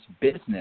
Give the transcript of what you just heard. business